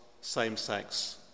same-sex